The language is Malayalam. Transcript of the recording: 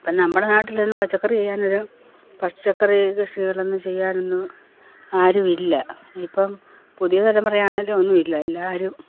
ഇപ്പം നമ്മുടെ നാട്ടിലൊന്നും പച്ചക്കറി ചെയ്യാനൊരു പച്ചക്കറി കൃഷികളൊന്നും ചെയ്യാനൊന്നും ആരും ഇല്ല ഇപ്പം പുതിയ തലമുറയാണെങ്കിലും ഒന്നും ഇല്ല എല്ലാവരും